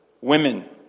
women